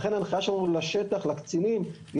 ולכן ההנחיה שלנו לשטח לקצינים היא